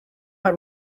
hari